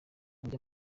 mujya